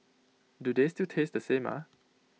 do they still taste the same ah